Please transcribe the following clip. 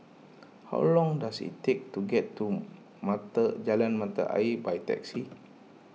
how long does it take to get to Mata Jalan Mata Ayer by taxi